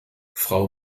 frau